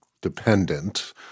dependent